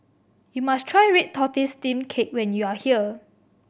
you must try red tortoise steamed cake when you are here